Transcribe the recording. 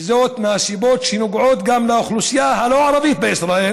וזאת מסיבות שנוגעות גם לאוכלוסייה הלא-ערבית בישראל